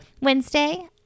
Wednesday